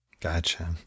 Gotcha